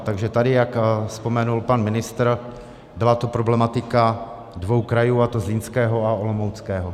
Takže tady, jak vzpomenul pan ministr, byla to problematika dvou krajů, a to Zlínského a Olomouckého.